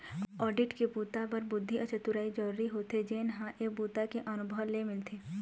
audit के बूता बर बुद्धि अउ चतुरई जरूरी होथे जेन ह ए बूता के अनुभव ले मिलथे